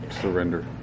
Surrender